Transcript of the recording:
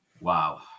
wow